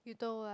you told what